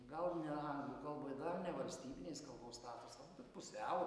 gal ne anglų kalbai dar ne valstybinės kalbos statusą bet pusiau